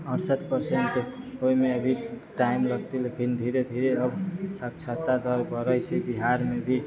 अरसठि percent होइमे अभी time लगतै लेकिन धीरे धीरे अब साक्षरता दर बढ़ै छै बिहारमे भी